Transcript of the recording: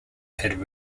had